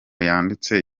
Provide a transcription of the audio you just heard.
yanditse